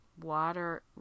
water